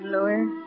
Louis